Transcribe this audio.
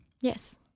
Yes